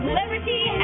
liberty